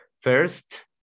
First